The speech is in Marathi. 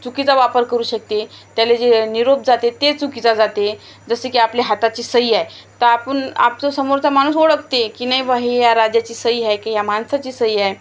चुकीचा वापर करू शकते त्याला जे निरोप जाते ते चुकीचा जाते जसं की आपल्या हाताची सही आहे तर आपण आप समोरचा माणूस ओळखते की नाही बा हे या राजाची सही आहे की या माणसाची सही आहे